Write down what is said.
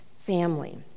family